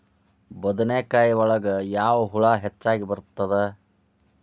ಬದನೆಕಾಯಿ ಒಳಗೆ ಯಾವ ಹುಳ ಹೆಚ್ಚಾಗಿ ಬರುತ್ತದೆ?